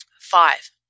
Five